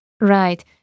Right